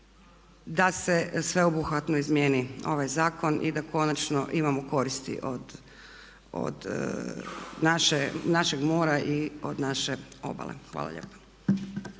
da se sveobuhvatno izmjeni ovaj zakon i da konačno imamo koristi od našeg mora i od naše obale. Hvala lijepa.